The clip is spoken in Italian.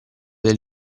del